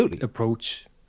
approach